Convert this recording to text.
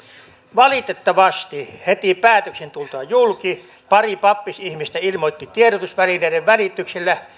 valitettavasti heti päätöksen tultua julki pari pappisihmistä ilmoitti tiedotusvälineiden välityksellä